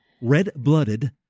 Red-blooded